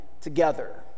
together